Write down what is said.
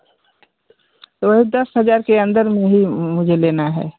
वही दस हजार के अंदर मुझे लेना हे